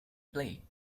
play